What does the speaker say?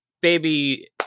baby